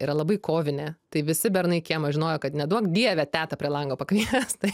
yra labai kovinė tai visi bernai kieme žinojo kad neduok dieve tetą prie lango pakvies tai